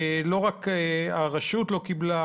רק הרשות לא קיבלה,